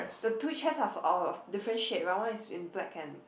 the two chairs are of are of different shape and one is in black and